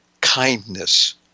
kindness